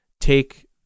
take